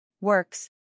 Works